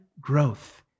growth